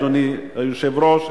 אדוני היושב-ראש,